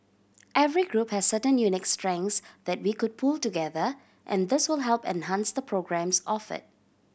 every group has certain unique strengths that we could pool together and this will help enhance the programmes offered